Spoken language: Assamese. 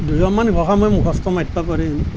দুশমান ঘোষা মই মুখষ্ট মাতিব পাৰিম